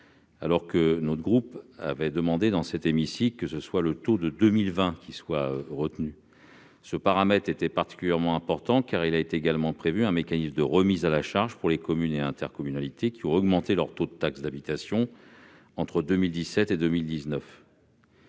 alors que notre groupe avait demandé, dans cet hémicycle, que ce soit le taux de 2020 qui soit retenu. Ce paramètre était particulièrement important, car il était prévu un mécanisme de remise à charge pour les communes et intercommunalités ayant augmenté leur taux de taxe d'habitation entre 2017 et 2019.